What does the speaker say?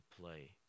play